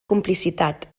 complicitat